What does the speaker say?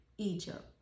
Egypt